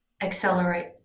accelerate